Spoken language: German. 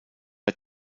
bei